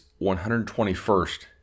121st